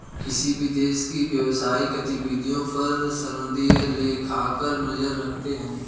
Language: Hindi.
किसी भी देश की व्यवसायिक गतिविधियों पर सनदी लेखाकार नजर रखते हैं